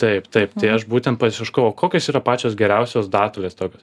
taip taip tai aš būtent pasieškojau kokios yra pačios geriausios datulės tokios